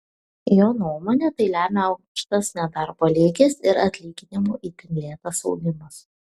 jo nuomone tai lemia aukštas nedarbo lygis ir atlyginimų itin lėtas augimas